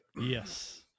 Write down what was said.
Yes